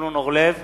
זבולון אורלב,